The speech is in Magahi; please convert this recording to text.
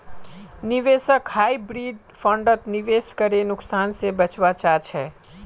निवेशक हाइब्रिड फण्डत निवेश करे नुकसान से बचवा चाहछे